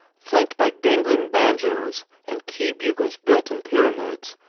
flanked by dangling banjos and key-bugles built in pyramids,